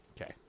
Okay